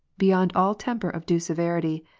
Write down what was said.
beyond all temper of due severity,